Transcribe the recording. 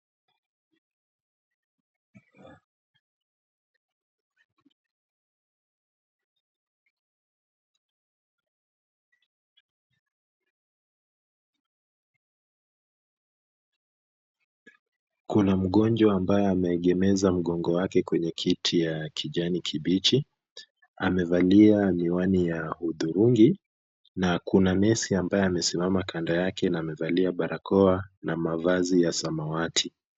Kuna mgonjwa ambaye ameegemeza mgongo wake kwenye kiti cha kijani kibichi, amevalia miwani ya udhurungi na kuna nesi aliyesimama kando yake na amevalia barakoa na mavazi ya samawati.